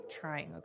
trying